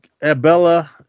Abella